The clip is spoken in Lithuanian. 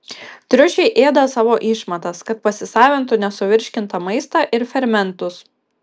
triušiai ėda savo išmatas kad pasisavintų nesuvirškintą maistą ir fermentus